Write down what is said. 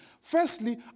Firstly